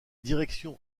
direction